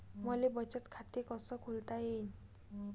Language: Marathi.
मले बचत खाते कसं खोलता येईन?